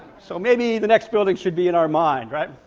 so maybe the next building should be in our mind, right?